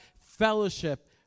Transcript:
fellowship